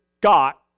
got